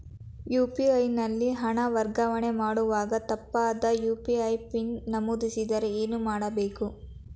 UPI ನಲ್ಲಿ ಹಣ ವರ್ಗಾವಣೆ ಮಾಡುವಾಗ ತಪ್ಪಾದ ಯು.ಪಿ.ಐ ಪಿನ್ ನಮೂದಿಸಿದರೆ ಏನು ಮಾಡಬೇಕು?